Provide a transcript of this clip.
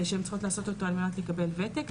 שהן צריכות לעשות אותו על מנת לקבל וותק,